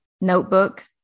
notebook